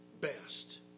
best